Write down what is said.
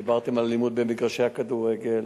דיברתם על אלימות במגרשי הכדורגל,